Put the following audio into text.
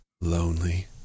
lonely